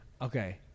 okay